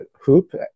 hoop